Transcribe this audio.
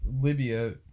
Libya